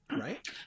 Right